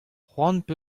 cʼhoant